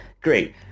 Great